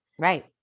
Right